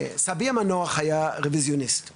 סבי המנוח היה רביזיוניסט בפולין,